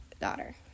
daughter